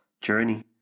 journey